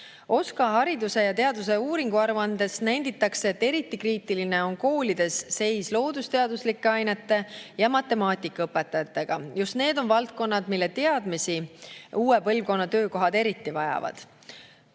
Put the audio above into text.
OSKA hariduse ja teaduse uuringu aruandes nenditakse, et eriti kriitiline on koolide seis loodusteaduslike ainete ja matemaatika õpetajatega. Just need on valdkonnad, mille teadmisi uue põlvkonna töökohad eriti vajavad.